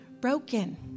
broken